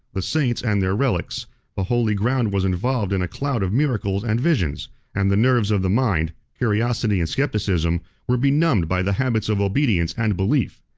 the saints and their relics the holy ground was involved in a cloud of miracles and visions and the nerves of the mind, curiosity and scepticism, were benumbed by the habits of obedience and belief.